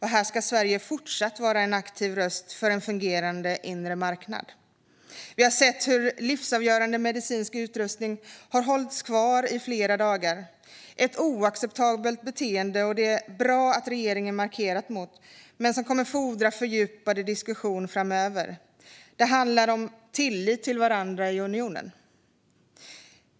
Här ska Sverige fortsätta att vara en aktiv röst för en fungerande inre marknad. Vi har sett hur livsavgörande medicinsk utrustning har hållits kvar i flera dagar. Det är ett oacceptabelt beteende, och det är bra att regeringen markerat mot detta. Men det här kommer att fordra fördjupad diskussion framöver. Det handlar om tilliten till varandra i unionen.